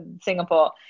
singapore